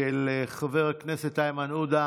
של חבר הכנסת איימן עודה.